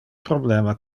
problema